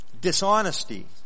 dishonesty